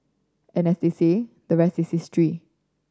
and as they say the rest is history